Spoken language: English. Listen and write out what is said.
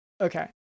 okay